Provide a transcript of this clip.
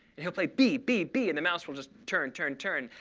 and he'll play b, b, b, and the mouse will just turn, turn, turn.